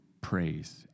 praise